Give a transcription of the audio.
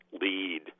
lead